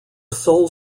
sole